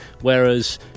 whereas